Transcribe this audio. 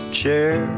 chair